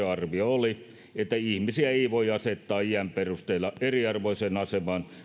arvio oli että ihmisiä ei voi asettaa iän perusteella eriarvoiseen asemaan